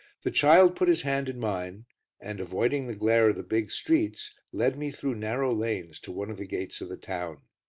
the child put his hand in mine and avoiding the glare of the big streets, led me through narrow lanes to one of the gates of the town.